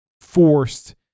forced